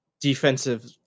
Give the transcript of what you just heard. defensive